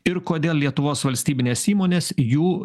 ir kodėl lietuvos valstybinės įmonės jų